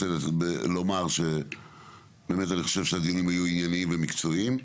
לומר שאני חושב שהדיונים היו ענייניים ומקצועיים.